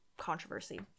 controversy